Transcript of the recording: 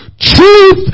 truth